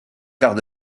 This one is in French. quarts